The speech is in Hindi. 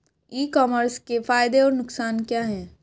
ई कॉमर्स के फायदे और नुकसान क्या हैं?